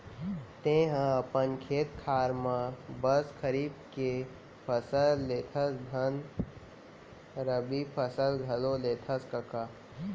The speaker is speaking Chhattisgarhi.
तैंहा अपन खेत खार म बस खरीफ के फसल लेथस धन रबि फसल घलौ लेथस कका?